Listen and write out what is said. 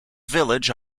village